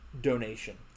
donation